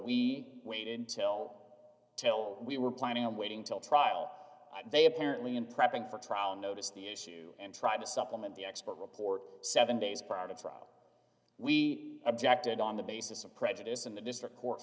we waited till till we were planning on waiting till trial and they apparently in prepping for trial noticed the issue and tried to supplement the expert report seven days prior to trial we objected on the basis of prejudice in the district court